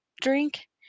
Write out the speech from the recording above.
drink